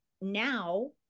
now